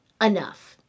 enough